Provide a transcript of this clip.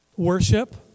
Worship